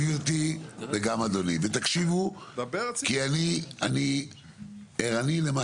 אני ערני למה